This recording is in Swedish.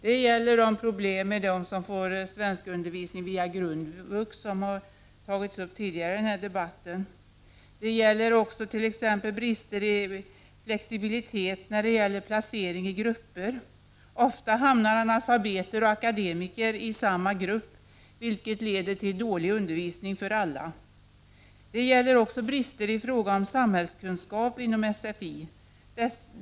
Detta gäller bl.a. problemen med dem som får svenskundervisning via grundvux, vilket tidigare har tagits upp i debatten. Det gäller t.ex. också bristen på flexibilitet när det gäller placering i grupper. Ofta hamnar analfabeter och akademiker i samma grupp, vilket leder till dålig undervisning för alla. Det finns också brister i fråga om samhällskunskap inom sfi.